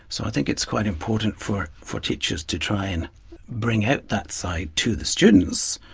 so i think it's quite important for for teachers to try and bring out that side to the students,